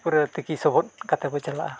ᱯᱩᱨᱟᱹ ᱛᱤᱠᱤ ᱥᱚᱵᱚᱫ ᱠᱟᱛᱮᱫ ᱵᱚᱱ ᱪᱟᱞᱟᱜᱼᱟ